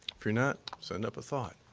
if you're not, send up a thought.